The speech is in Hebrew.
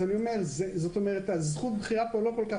אני רק אומר שזכות הבחירה פה הוא לא פשוט,